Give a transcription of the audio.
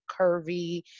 curvy